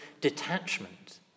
detachment